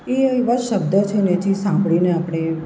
એ એવા શબ્દો છે ને જે સાંભળીને આપણે